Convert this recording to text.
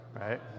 right